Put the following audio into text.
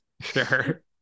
sure